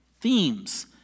Themes